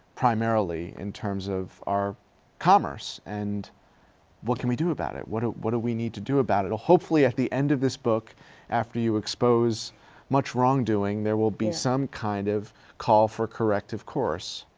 primarily in terms of our commerce, and what can we do about it? what do what do we need to do about it? hopefully at the end of this book after you expose much wrongdoing, there will be some kind of call for corrective course.